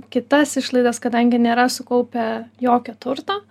kitas išlaidas kadangi nėra sukaupę jokio turto